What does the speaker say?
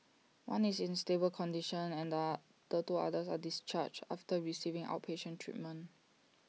one is in A stable condition and are sir two others were discharged after receiving outpatient treatment